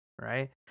right